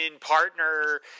Partner